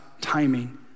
timing